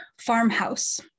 farmhouse